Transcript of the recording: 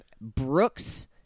Brooks